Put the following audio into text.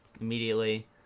immediately